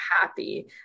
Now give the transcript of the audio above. happy